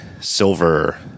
silver